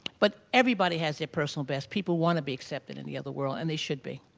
but everybody has their personal best. people want to be accepted in the other world and they should be.